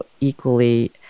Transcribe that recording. equally